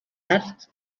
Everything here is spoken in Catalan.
arcs